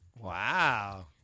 Wow